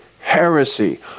heresy